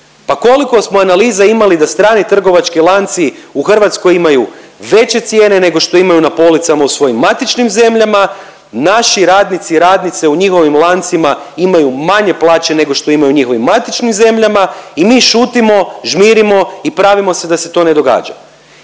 koliko smo analiza imali da strani trgovački lanci u Hrvatskoj imaju veće cijene nego što imaju u svojim matičnim zemljama, naši radnici i radnice u njihovim lancima imaju manje plaće nego što imaju u njihovim matičnim zemljama i mi šutimo, žmirimo i pravimo da se to ne događa